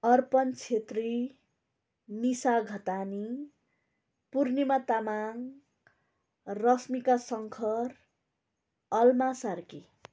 Arpan Chhetri Nisha Ghatani Purnima Tamang Rashmika Shankar Alma Sarki